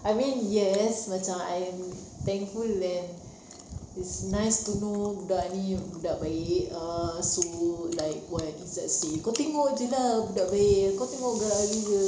I mean yes macam I am thankful and it's nice to know budak ini budak baik err so like what izat say kau tengok jer lah budak baik kau tengok gerak alih dia